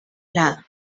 lado